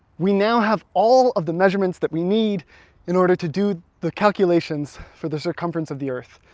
we now have all of the measurements that we need in order to do the calculations for the circumference of the earth.